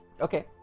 Okay